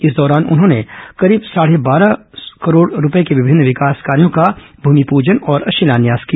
इस दौरान उन्होंने करीब साढ़े बारह करोड़ रूपये के विभिन्न विकास कार्यों का भूमिपूजन और शिलान्यास किया